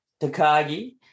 Takagi